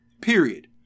Period